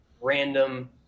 random